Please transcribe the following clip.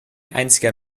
einziger